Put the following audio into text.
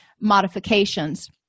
modifications